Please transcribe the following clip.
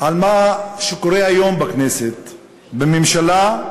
על מה שקורה היום בכנסת, בממשלה,